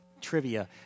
Trivia